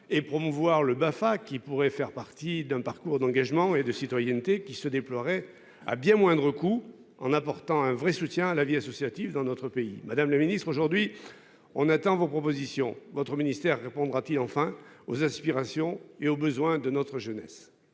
et promouvoir le BAFA qui pourrait faire partie d'un parcours d'engagement et de citoyenneté qui se déploierait à bien moindre coût en apportant un vrai soutien à la vie associative dans notre pays. Madame le ministre aujourd'hui, on attend vos propositions. Votre ministère répondre, a-t-il enfin aux aspirations et aux besoins de notre jeunesse.